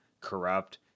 corrupt